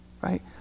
right